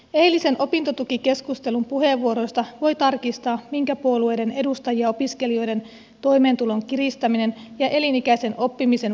eilisen opintotukikeskustelun puheenvuoroista voi tarkistaa minkä puolueiden edustajia opiskelijoiden toimeentulon kiristäminen ja elinikäisen oppimisen vaikeuttaminen kiinnostaa